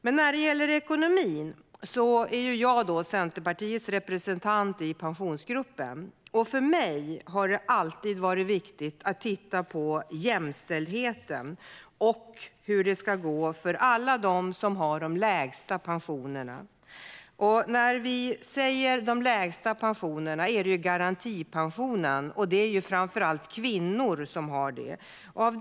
I frågor om ekonomi är jag Centerpartiets representant i Pensionsgruppen. För mig har det alltid varit viktigt att titta på jämställdheten och hur det ska gå för alla dem med de lägsta pensionerna. När vi säger de lägsta pensionerna är det fråga om garantipensionen. Det är framför allt kvinnor som har garantipension.